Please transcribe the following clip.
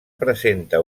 presenta